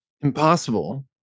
Impossible